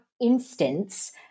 instance